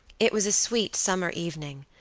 it was a sweet summer evening,